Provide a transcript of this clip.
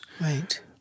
Right